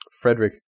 Frederick